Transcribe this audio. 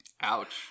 ouch